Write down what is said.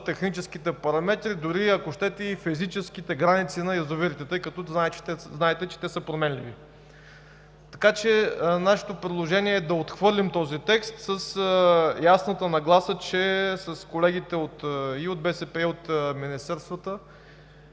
техническите параметри, дори, ако щете, и физическите граници на язовирите, тъй като знаете, че те са променливи. Нашето предложение е да отхвърлим този текст с ясната нагласа, че с колегите и от БСП, и от министерствата